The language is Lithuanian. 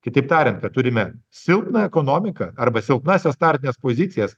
kitaip tariant kad turime silpną ekonomiką arba silpnąsias startines pozicijas